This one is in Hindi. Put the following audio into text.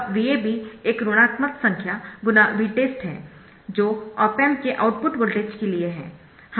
अब VAB एक ऋणात्मक संख्या × Vtest है जो ऑप एम्प के आउटपुट वोल्टेज के लिए है